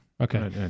Okay